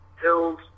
hills